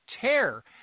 tear